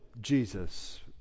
Jesus